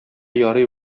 ярый